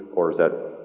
or is that,